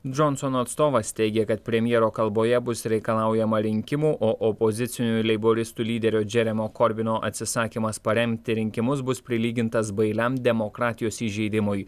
džonsono atstovas teigė kad premjero kalboje bus reikalaujama rinkimų o opozicinių leiboristų lyderio džeremio korbino atsisakymas paremti rinkimus bus prilygintas bailiam demokratijos įžeidimui